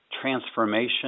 transformation